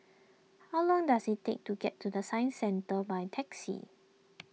how long does it take to get to the Science Centre by taxi